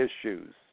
issues